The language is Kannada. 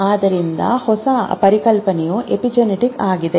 ಆದ್ದರಿಂದ ಹೊಸ ಪರಿಕಲ್ಪನೆಯು ಎಪಿಜೆನೆಟಿಕ್ಸ್ ಆಗಿದೆ